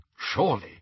surely